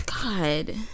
god